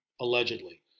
allegedly